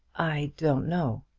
i don't know.